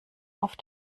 auf